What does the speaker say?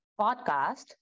podcast